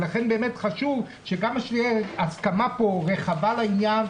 לכן באמת חשוב שכמה שיש פה הסכמה רחבה לעניין,